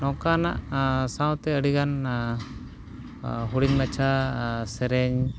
ᱱᱚᱝᱠᱟᱱᱟᱜ ᱥᱟᱶᱛᱮ ᱟᱹᱰᱤᱜᱟᱱ ᱦᱩᱰᱤᱧ ᱢᱟᱪᱷᱟ ᱥᱮᱨᱮᱧ